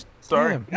Sorry